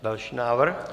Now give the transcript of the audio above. Další návrh.